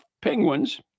penguins